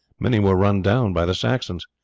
many were run down by the saxons.